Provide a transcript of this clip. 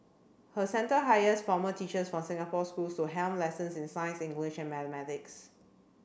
her centre hires former teachers from Singapore schools to helm lessons in science English and mathematics